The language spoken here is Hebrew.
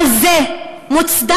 אבל זה מוצדק.